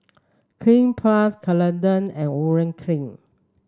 Cleanz Plus Ceradan and Urea Cream